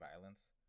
violence